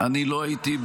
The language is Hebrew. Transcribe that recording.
אני לא הייתי.